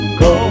go